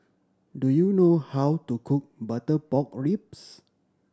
do you know how to cook butter pork ribs